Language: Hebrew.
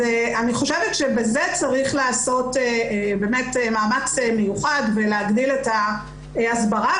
אז אני חושבת שבזה צריך לעשות מאמץ מיוחד ולהגדיל את ההסברה,